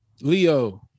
leo